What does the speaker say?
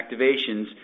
activations